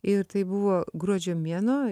ir tai buvo gruodžio mėnuo